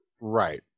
right